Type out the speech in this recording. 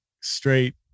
straight